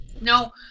No